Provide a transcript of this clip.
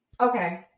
Okay